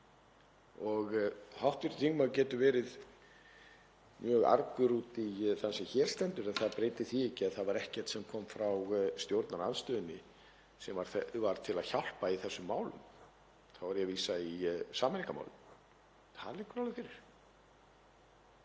Hv. þingmaður getur verið mjög argur út í þann sem hér stendur en það breytir því ekki að það var ekkert sem kom frá stjórnarandstöðunni sem var til að hjálpa í þessum málum. Þá er ég að vísa í sameiningarmálin. Það liggur alveg fyrir.